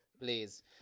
Please